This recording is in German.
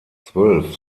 zwölf